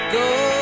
go